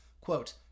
Quote